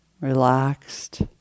Relaxed